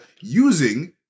using